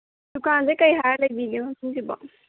ꯗꯨꯀꯥꯟꯁꯦ ꯀꯔꯤ ꯍꯥꯏꯔꯒ ꯂꯩꯕꯤꯒꯦ ꯃꯐꯝꯁꯤꯕꯣ